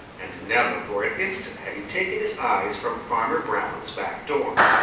and never for an instant had he taken his eyes from farmer brown's back door.